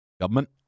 government